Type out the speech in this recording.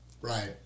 Right